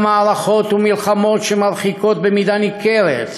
מערכות ומלחמות שמרחיקות במידה ניכרת